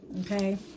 Okay